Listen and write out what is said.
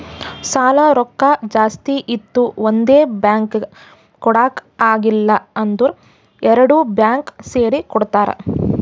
ಸಾಲಾ ರೊಕ್ಕಾ ಜಾಸ್ತಿ ಇತ್ತು ಒಂದೇ ಬ್ಯಾಂಕ್ಗ್ ಕೊಡಾಕ್ ಆಗಿಲ್ಲಾ ಅಂದುರ್ ಎರಡು ಬ್ಯಾಂಕ್ ಸೇರಿ ಕೊಡ್ತಾರ